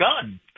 gun